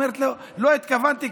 והיא אומרת: לא התכוונתי,